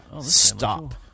Stop